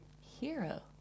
hero